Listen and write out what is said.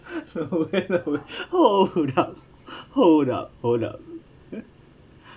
oh hold up hold up hold up